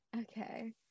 okay